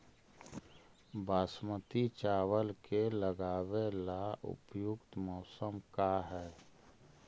बासमती चावल के लगावे ला उपयुक्त मौसम का है?